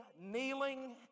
kneeling